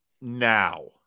now